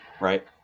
right